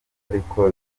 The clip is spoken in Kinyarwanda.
ariko